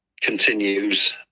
continues